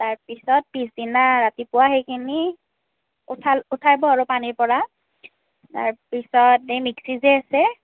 তাৰপিছত পিছদিনা ৰাতিপুৱা সেইখিনি উঠা উঠাব আৰু পানীৰ পৰা তাৰ পিছত এই মিক্সি যে আছে